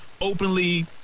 openly